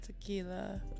tequila